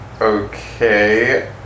Okay